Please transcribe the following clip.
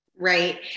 right